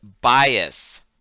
bias